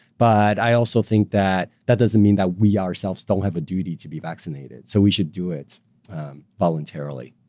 but i also think that, that doesn't mean that we ourselves don't have a duty to be vaccinated, so we should do it voluntarily.